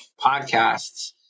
podcasts